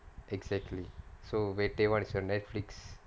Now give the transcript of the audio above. exactly so where tamil Netflix